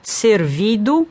servido